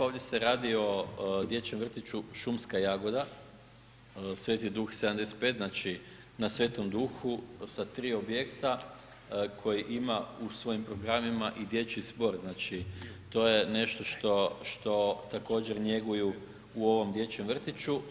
Ovdje se radi o dječjem vrtiću Šumska jagoda, Sv. Duh 75. znači na Svetom Duhu, sa tri objekta koji ima u svojim programima i dječji zbor, znači to je nešto što također njeguju u ovom dječjem vrtiću.